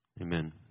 Amen